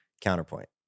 counterpoint